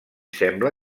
sembla